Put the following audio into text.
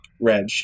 Reg